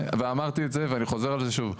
אמרתי את זה ואני חוזר על זה שוב.